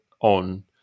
on